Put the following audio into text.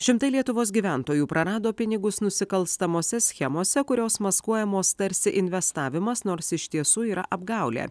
šimtai lietuvos gyventojų prarado pinigus nusikalstamose schemose kurios maskuojamos tarsi investavimas nors iš tiesų yra apgaulė